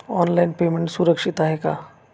Online payment सुरक्षित आहे का?